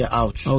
out